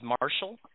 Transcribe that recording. Marshall